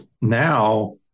now